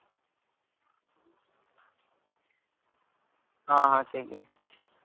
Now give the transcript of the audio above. ᱦᱚᱸ ᱦᱚᱸ ᱴᱷᱤᱠ ᱜᱮᱭᱟ